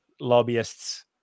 lobbyists